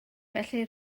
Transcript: felly